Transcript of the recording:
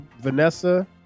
Vanessa